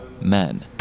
men